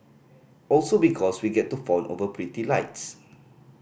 also because we get to fawn over pretty lights